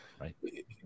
Right